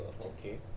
Okay